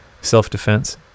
self-defense